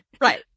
Right